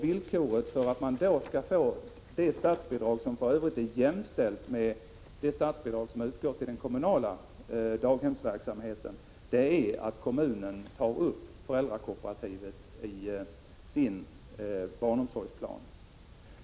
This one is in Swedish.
Villkoret för att man då skall få statsbidrag till föräldrakooperativet — det statsbidraget är för övrigt jämställt med det statsbidrag som utgår till den kommunala daghemsverksamheten — är att kommunen tar upp detta i sin barnomsorgsplan.